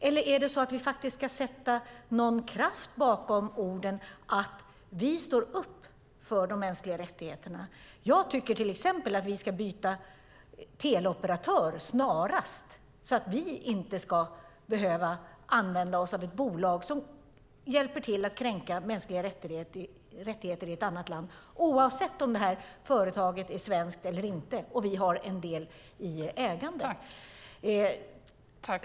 Eller ska vi faktiskt sätta någon kraft bakom orden, att vi står upp för de mänskliga rättigheterna? Jag tycker till exempel att vi snarast ska byta teleoperatör så att vi inte behöver använda oss av ett bolag som hjälper till att kränka mänskliga rättigheter i ett annat land, oavsett om företaget är svenskt eller inte och vi har en del i ägandet.